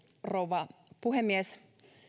rouva puhemies